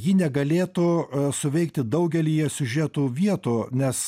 ji negalėtų suveikti daugelyje siužetų vietų nes